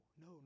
no